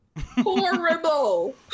horrible